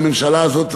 הממשלה הזאת,